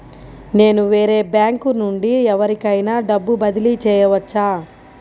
నేను వేరే బ్యాంకు నుండి ఎవరికైనా డబ్బు బదిలీ చేయవచ్చా?